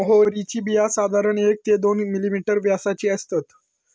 म्होवरीची बिया साधारण एक ते दोन मिलिमीटर व्यासाची असतत